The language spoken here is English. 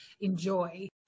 enjoy